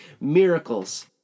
miracles